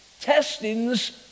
Testings